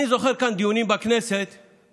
אני לא המצאתי את זה.